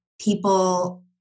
people